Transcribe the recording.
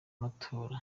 matora